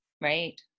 Right